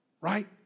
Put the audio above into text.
Right